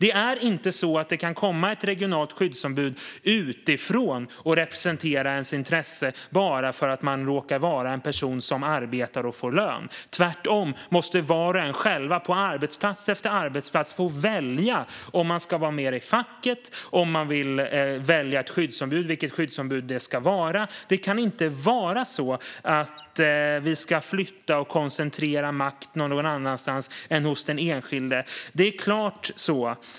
Ett regionalt skyddsombud kan inte komma utifrån och representera någons intresse bara för att denne råkar vara en person som arbetar och får lön. Tvärtom måste var och en själv, på arbetsplats efter arbetsplats, få välja om man ska vara med i facket, om man ska välja ett skyddsombud och vilket skyddsombud det i så fall ska vara. Vi ska inte flytta makt och koncentrera den någon annanstans än hos den enskilde.